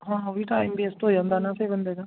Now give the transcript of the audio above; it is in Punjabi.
ਹਾਂ ਉਹ ਵੀ ਟਾਈਮ ਵੇਸਟ ਹੋ ਜਾਂਦਾ ਨਾ ਫਿਰ ਬੰਦੇ ਦਾ